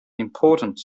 importance